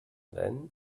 then